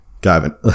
Gavin